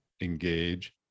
engage